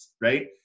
Right